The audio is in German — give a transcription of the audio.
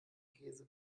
käse